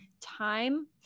time